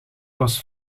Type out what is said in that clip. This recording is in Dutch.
was